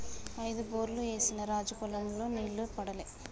ఐదు బోర్లు ఏసిన రాజు పొలం లో నీళ్లు పడలే